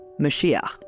Mashiach